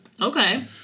Okay